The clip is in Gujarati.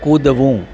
કૂદવું